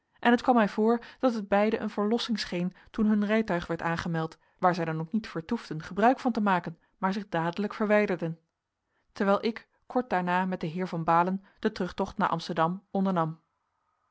en het kwam mij voor dat het beiden een verlossing scheen toen hun rijtuig werd aangemeld waar zij dan ook niet vertoefden gebruik van te maken maar zich dadelijk verwijderden terwijl ik kort daarna met den heer van baalen den terugtocht naar amsterdam ondernam